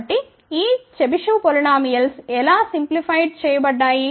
కాబట్టి ఈ Chebyshev polynomials ఎలా సరళీకృతం చేయబడ్డాయి